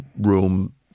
room